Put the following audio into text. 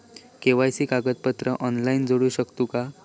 KYC कागदपत्रा online जोडू शकतू का?